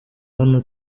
hano